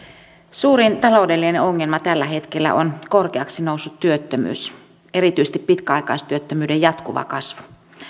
suurin taloudellinen ongelma tällä hetkellä on korkeaksi noussut työttömyys erityisesti pitkäaikaistyöttömyyden jatkuva kasvu